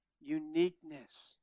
uniqueness